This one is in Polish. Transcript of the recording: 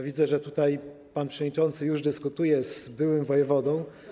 Widzę, że pan przewodniczący już dyskutuje z byłym wojewodą.